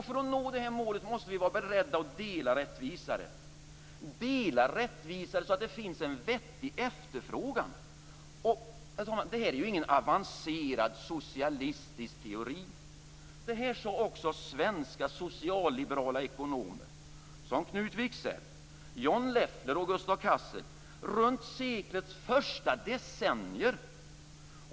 För att nå det här målet måste vi vara beredda att dela rättvisare så att det finns en vettig efterfrågan. Det här är ingen avancerad socialistisk teori. Detta sade också svenska socialliberala ekonomer som Knut Wicksell, John Leffler och Gustav Cassel runt seklets första decennier.